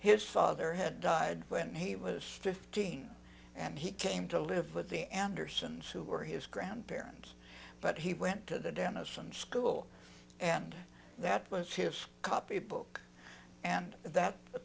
his father had died when he was fifteen and he came to live with the andersons who were his grandparents but he went to the denison school and that was his copybook and that